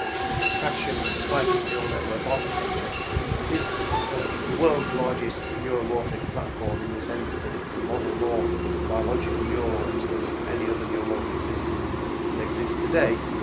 which is a contraction of spiking neural network architecture is the world's largest neuromorphic platform in the sense that it can model more biological neurons than any other neuromorphic system that exists today.